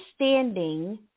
understanding